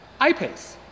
Ipace